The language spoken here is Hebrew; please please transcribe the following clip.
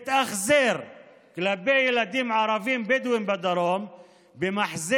מתאכזר כלפי ילדים ערבים-בדואים בדרום במחזה